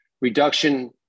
reduction